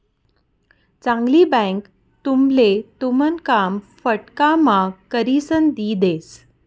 चांगली बँक तुमले तुमन काम फटकाम्हा करिसन दी देस